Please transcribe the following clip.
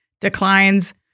declines